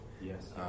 Yes